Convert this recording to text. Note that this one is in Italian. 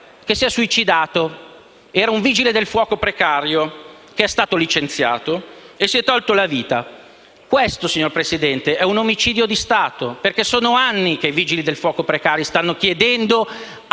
che si è suicidato: era un vigile del fuoco precario che è stato licenziato e si è tolto la vita. Questo, signora Presidente, è un omicidio di Stato, perché sono anni che i vigili del fuoco precari chiedono a